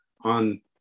on